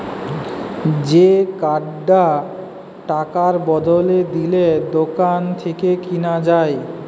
যে কার্ডটা টাকার বদলে দিলে দোকান থেকে কিনা যায়